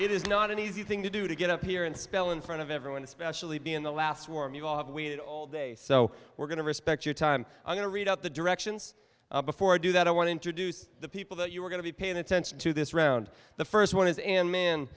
it is not an easy thing to do to get up here and spell in front of everyone especially be in the last war and you all have waited all day so we're going to respect your time i'm going to read out the directions before i do that i want to introduce the people that you're going to be paying attention to this round the first one is and man